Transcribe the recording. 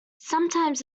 sometimes